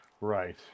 Right